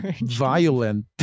violent